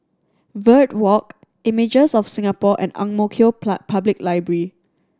Verde Walk Images of Singapore and Ang Mo Kio Public Library